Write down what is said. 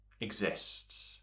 exists